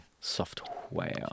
software